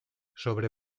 sobre